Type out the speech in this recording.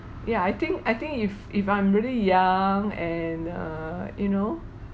ya I think I think if if I'm really young and err you know